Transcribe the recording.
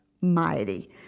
mighty